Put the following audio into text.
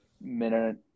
minute